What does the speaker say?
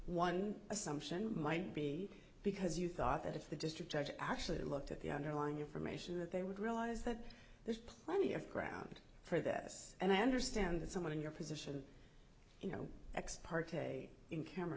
one assumption might be because you thought that if the district actually looked at the underlying information that they would realize that there's plenty of ground for this and i understand that someone in your position you know